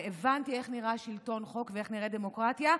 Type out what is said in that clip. הבנתי איך נראה שלטון חוק ואיך נראית דמוקרטיה.